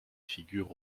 figure